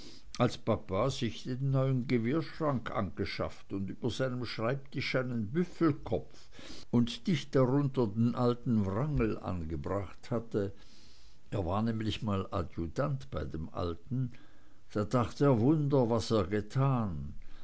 als papa sich den neuen gewehrschrank angeschafft und über seinem schreibtisch einen büffelkopf und dicht darunter den alten wrangel angebracht hatte er war nämlich mal adjutant bei dem alten da dacht er wunder was er getan